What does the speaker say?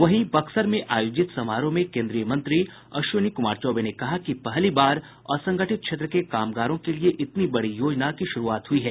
वहीं बक्सर में आयोजित समारोह में केन्द्रीय मंत्री अश्विनी कुमार चौबे ने कहा कि पहलीबार असंगठित क्षेत्र के कामगारों के लिए इतनी बड़ी योजना की शुरूआत हुई है